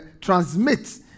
transmits